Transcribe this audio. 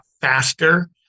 faster